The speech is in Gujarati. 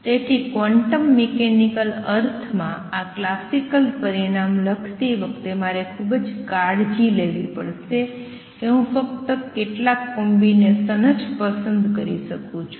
તેથી ક્વોન્ટમ મિકેનિક્સ અર્થમાં આ ક્લાસિકલ પરિણામ લખતી વખતે મારે ખૂબ કાળજી લેવી પડશે કે હું ફક્ત કેટલાક કોમ્બિનેશન જ પસંદ કરી શકું છુ